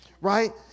right